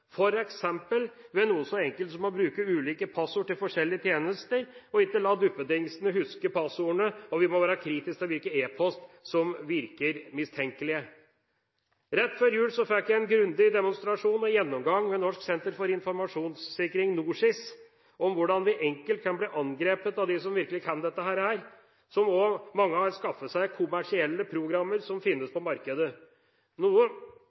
ved noe så enkelt som å bruke ulike passord til forskjellige tjenester og ikke la duppedingsene huske passordene, og vi må være kritiske til hvilke e-poster som virker mistenkelige. Rett før jul fikk jeg en grundig demonstrasjon og gjennomgang ved Norsk senter for informasjonssikring, NorSIS, av hvordan vi enkelt kan bli angrepet av dem som virkelig kan dette – mange har også skaffet seg kommersielle programmer som